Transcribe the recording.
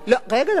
רגע, דקה.